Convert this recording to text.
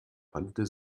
wandte